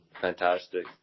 fantastic